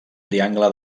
triangle